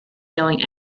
yelling